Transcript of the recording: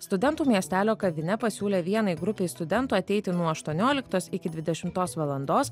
studentų miestelio kavinė pasiūlė vienai grupei studentų ateiti nuo aštuonioliktos iki dvidešimtos valandos